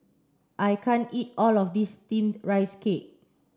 I can't eat all of this steamed rice cake